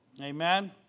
Amen